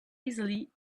easily